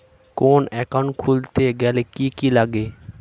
কোন একাউন্ট খুলতে গেলে কি কি লাগে?